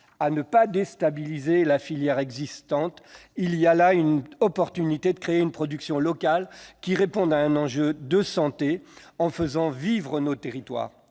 à ne pas déstabiliser la filière existante, il y a là une opportunité de créer une production locale, qui réponde à un enjeu de santé, en faisant vivre nos territoires.